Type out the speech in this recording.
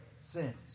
sins